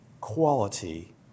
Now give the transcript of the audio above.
quality